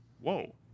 whoa